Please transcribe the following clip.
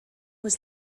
was